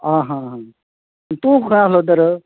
आं हा हा आनी तूं खंय आसलो तर